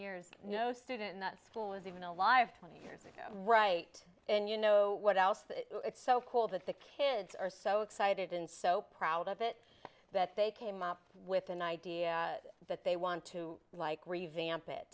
years no student in that school is even alive many years ago right and you know what else it's so cool that the kids are so excited and so proud of it that they came up with an idea that they want to like revamp it